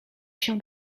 się